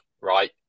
right